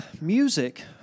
music